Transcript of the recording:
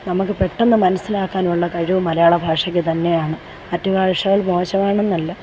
നമുക്ക് പെട്ടെന്ന് മനസ്സിലാക്കാനുള്ള കഴിവ് മലയാളഭാഷയ്ക്ക് തന്നെയാണ് മറ്റു ഭാഷകൾ മോശമാണെന്നല്ല